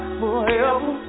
forever